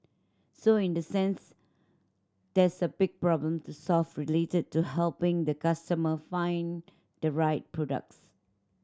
so in the sense there's a big problem to solve related to helping the customer find the right products